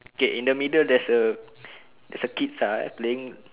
K in the middle there's a there's a kid ah playing